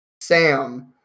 Sam